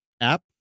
app